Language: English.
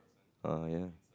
err ya